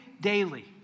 daily